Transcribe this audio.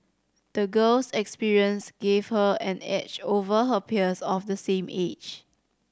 the girl's experience gave her an edge over her peers of the same age